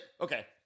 okay